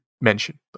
mention